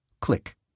Click